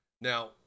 Now